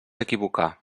equivocar